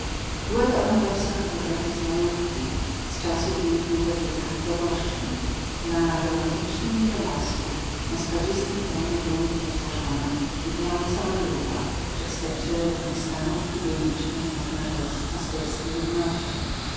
była to amatorska fotografia z majówki z czasu gdy już był we wiórkach proboszczem na romantycznym tle lasu na spadzistym terenie gruntu rozłożona widniała cała grupa przedstawiciele różnych stanów w idylicznej można rzec pasterskiej równości